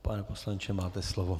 Pane poslanče, máte slovo.